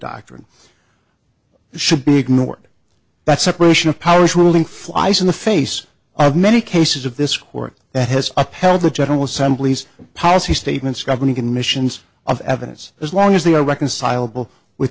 doctrine should be ignored but separation of powers ruling flies in the face of many cases of this court that has upheld the general assembly's policy statements governing admissions of evidence as long as they are irreconcilable with